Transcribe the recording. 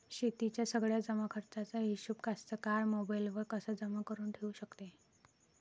शेतीच्या सगळ्या जमाखर्चाचा हिशोब कास्तकार मोबाईलवर कसा जमा करुन ठेऊ शकते?